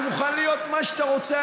אני מוכן להיות מה שאתה רוצה.